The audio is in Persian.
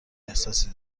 احساسی